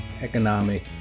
economic